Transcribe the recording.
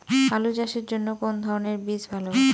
আলু চাষের জন্য কোন ধরণের বীজ ভালো?